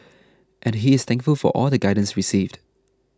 and he is thankful for all the guidance received